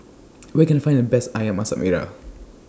Where Can I Find The Best Ayam Masak Merah